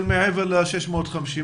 של מעבר ל-650.